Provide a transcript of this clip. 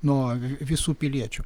nuo visų piliečių